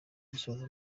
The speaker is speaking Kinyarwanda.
gusoza